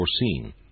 foreseen